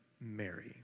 Mary